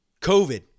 covid